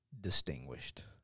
distinguished